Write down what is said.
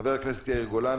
חבר הכנסת יאיר גולן,